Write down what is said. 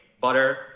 butter